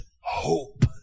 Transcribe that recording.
hope